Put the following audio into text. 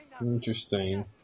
Interesting